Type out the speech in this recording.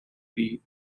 beat